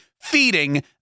feeding